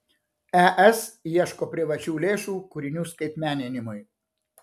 es ieško privačių lėšų kūrinių skaitmeninimui